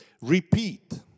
repeat